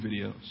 videos